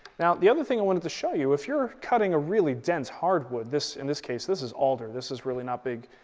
now the other thing i wanted to show you, if you're cutting a really dense hard wood, in this case, this is alder, this is really not big,